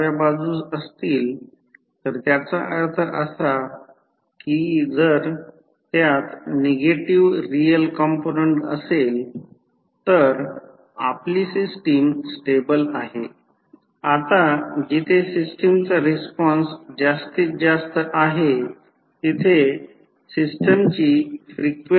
जर व्होल्टेज स्थिर असेल तर स्थिरता स्थिर असेल तर कोर लॉस अधिक कमी स्थिर असेल कारण आपण एडी विद्युत प्रवाह आणि हिस्टेरिसिस लॉस साठी एडी अभिव्यक्ती पाहिली आहे